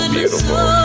Beautiful